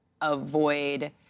avoid